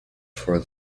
for